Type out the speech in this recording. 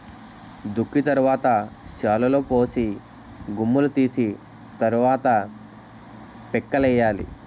దుక్కి తరవాత శాలులుపోసి గుమ్ములూ తీసి తరవాత పిక్కలేయ్యాలి